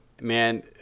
man